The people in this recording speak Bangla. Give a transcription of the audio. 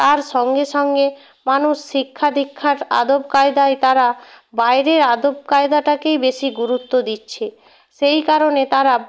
তার সঙ্গে সঙ্গে মানুষ শিক্ষা দীক্ষার আদব কায়দায় তারা বাইরের আদব কায়দাটাকেই বেশি গুরুত্ব দিচ্ছে সেই কারণে তারা